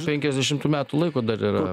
penkiasdešimt metų laiko dar yra